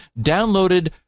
downloaded